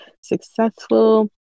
successful